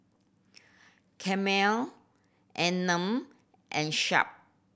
Camel Anmum and Sharp